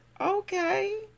okay